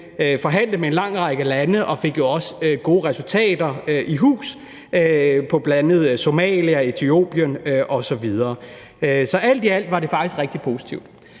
forhandle med en lang række lande og jo også fik gode resultater i hus, bl.a. med Somalia, Etiopien osv. Så alt i alt var det faktisk rigtig positivt.